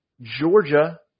Georgia